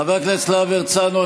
חבר הכנסת להב הרצנו,